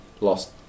lost